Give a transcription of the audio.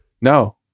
no